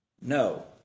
no